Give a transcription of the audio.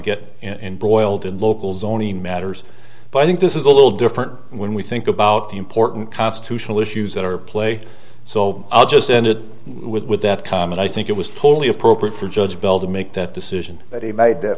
get in boiled in local zoning matters but i think this is a little different when we think about the important constitutional issues that are play so i'll just end it with that comment i think it was totally appropriate for judge belvin make that decision that he made th